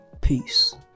peace